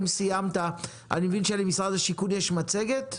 אם סיימת אני מבין שלמשרד השיכון יש מצגת.